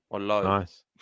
nice